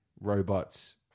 robots